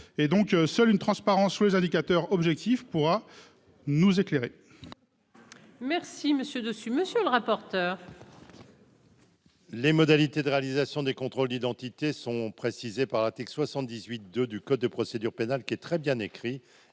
et donc seule une transparence les indicateurs objectifs pourra nous éclairer.